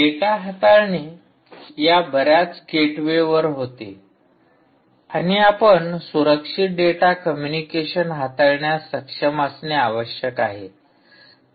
data हाताळणे बर्याच गेटवेवर होते आणि आपण सुरक्षित डेटा कम्युनिकेशन हाताळण्यास सक्षम असणे आवश्यक आहे